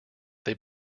they